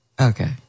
Okay